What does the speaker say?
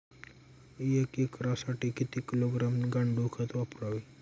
एक एकरसाठी किती किलोग्रॅम गांडूळ खत वापरावे?